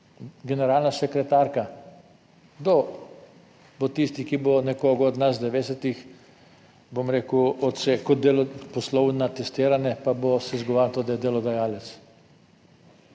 generalna sekretarka? Kdo bo tisti, ki bo nekoga od nas 90, bom rekel, odsekal, poslal na testiranje, pa bo se izgovarjal, to, da je delodajalec